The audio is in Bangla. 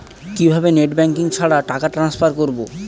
কিভাবে নেট ব্যাঙ্কিং ছাড়া টাকা ট্রান্সফার করবো?